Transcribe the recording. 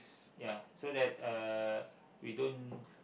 ya so that uh we don't